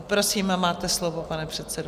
Prosím, máte slovo, pane předsedo.